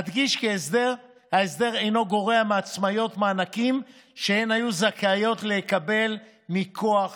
אדגיש כי ההסדר אינו גורע מהעצמאיות מענקים שהן היו זכאיות לקבל מכוח